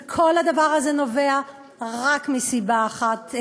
וכל הדבר הזה נובע רק מסיבה אחת,